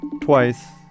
twice